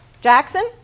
Jackson